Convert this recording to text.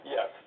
Yes